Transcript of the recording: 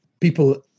people